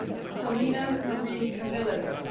selina marie aviles,